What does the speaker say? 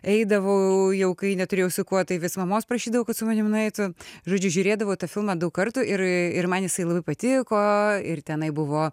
eidavau jau kai neturėjau su kuo tai vis mamos prašydavau kad su manim nueitų žodžiu žiūrėdavau tą filmą daug kartų ir ir man jisai labai patiko ir tenai buvo